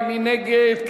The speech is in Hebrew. מי נגד?